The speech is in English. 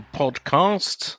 podcast